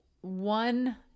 one